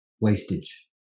wastage